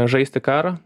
žaisti karą